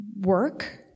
work